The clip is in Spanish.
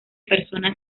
personas